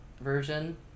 version